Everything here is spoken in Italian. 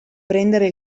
prendere